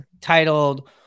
titled